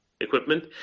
equipment